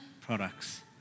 products